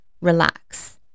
relax